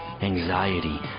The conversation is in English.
anxiety